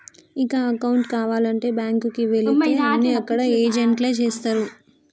ఇక అకౌంటు కావాలంటే బ్యాంకుకి వెళితే అన్నీ అక్కడ ఏజెంట్లే చేస్తరు